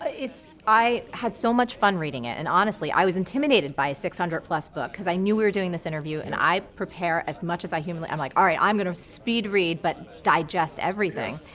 it's, i had so much fun reading it, and honestly i was intimidated by a six hundred plus book because i knew we were doing this interview and i prepare as much as i humanly, i'm like, alright, i'm gonna speed read but digest everything.